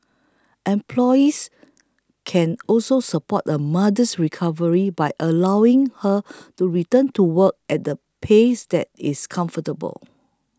employees can also support a mother's recovery by allowing her to return to work at a pace that is comfortable